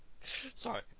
Sorry